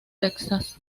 texas